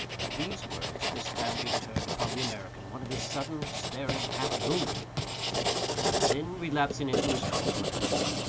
at these words the spaniard turned upon the american one of his sudden, staring, half-lunatic looks then, relapsing into his torpor, answered,